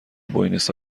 بوینس